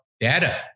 data